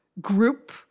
group